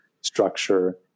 structure